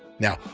now,